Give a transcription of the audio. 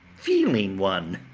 feeling one